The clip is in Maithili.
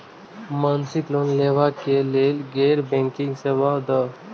मासिक लोन लैवा कै लैल गैर बैंकिंग सेवा द?